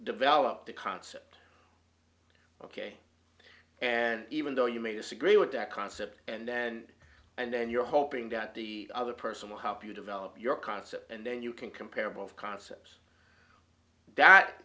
develop the concept ok and even though you may disagree with that concept and then and then you're hoping that the other person will help you develop your concept and then you can compare both concepts that